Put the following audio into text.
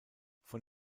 von